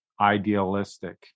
idealistic